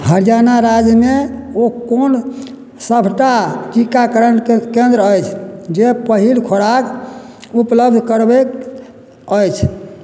हरियाणा राज्यमे ओ कोन सभटा टीकाकरणके केंद्र अछि जे पहिल खोराक उपलब्ध करबैत अछि